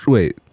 Wait